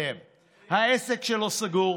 העסק שלו סגור.